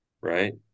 right